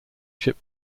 ship